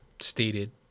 stated